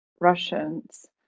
Russians